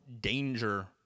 danger